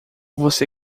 você